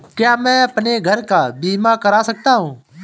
क्या मैं अपने घर का बीमा करा सकता हूँ?